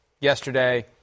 Yesterday